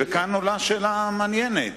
וכאן עולה שאלה מעניינת.